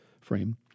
frame